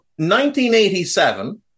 1987